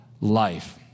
life